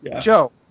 Joe